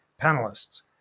panelists